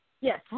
Yes